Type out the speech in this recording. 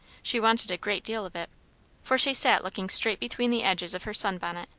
she wanted a great deal of it for she sat looking straight between the edges of her sun-bonnet,